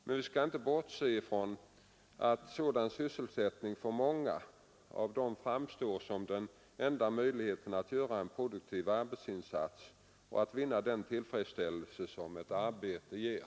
Men vi skall inte bortse från att sådan sysselsättning för många av dem framstår som enda möjligheten att göra en produktiv arbetsinsats och att vinna den tillfredsställelse som ett arbete ger.